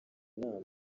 nama